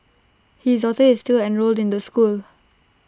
his daughter is still enrolled in the school